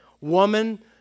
woman